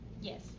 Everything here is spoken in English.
Yes